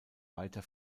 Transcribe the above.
weiter